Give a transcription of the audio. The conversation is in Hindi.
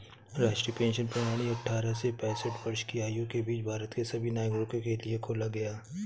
राष्ट्रीय पेंशन प्रणाली अट्ठारह से पेंसठ वर्ष की आयु के बीच भारत के सभी नागरिकों के लिए खोला गया